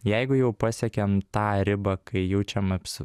jeigu jau pasiekėm tą ribą kai jaučiam aps